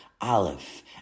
Aleph